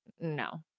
No